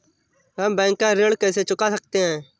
हम बैंक का ऋण कैसे चुका सकते हैं?